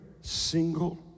single